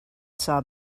saw